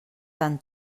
tan